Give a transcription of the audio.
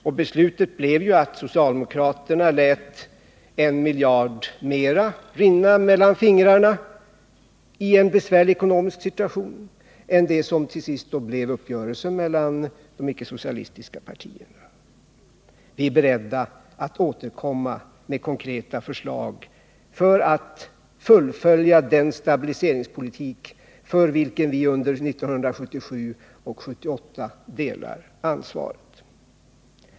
I en besvärlig ekonomisk situation ville socialdemokraterna då låta 1 miljard mera rinna mellan fingrarna än vad som till sist blev uppgörelsen med de icke socialistiska partierna. Vi är beredda att återkomma med konkreta förslag för att fullfölja den stabiliseringspolitik, för vilken vi under 1977 och 1978 delade ansvaret.